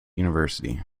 university